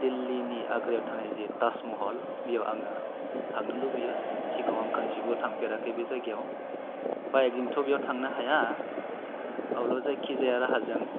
दिल्लीनि आग्रायाव थानाय जि ताजमह'ल बेयाव आङो थांनो लुबैयो सिगाङाव आं खनसेबो थांफेराखै बे जागायाव बाइकजोंथ' बेयाव थांनो हाया अब्लाबो जायखि जाया राहाजों